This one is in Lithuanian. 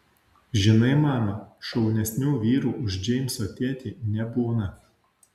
žinai mama šaunesnių vyrų už džeimso tėtį nebūna